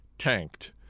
tanked